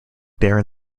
darren